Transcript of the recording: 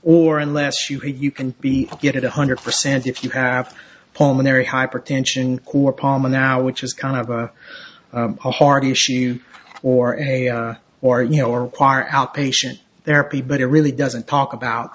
or unless you have you can be good at one hundred percent if you have pulmonary hypertension core palma now which is kind of a hard issue or a or you know or outpatient therapy but it really doesn't talk about